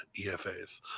EFAs